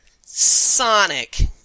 Sonic